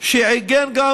שעיגן גם